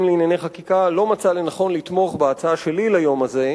לענייני חקיקה לא מצאה לנכון לתמוך בהצעה שלי ליום הזה,